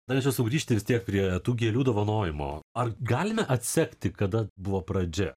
norėčiau sugrįžti vis tiek prie tų gėlių dovanojimo ar galime atsekti kada buvo pradžia